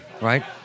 right